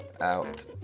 out